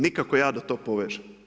Nikako ja da to povežem.